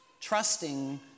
trusting